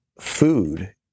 food